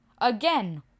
again